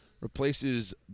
replaces